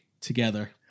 together